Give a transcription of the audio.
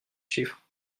chiffre